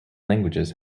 languages